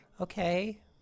Okay